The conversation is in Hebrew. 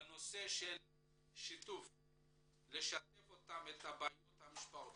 בנושא של שיתוף בבעיות המשפחתיות.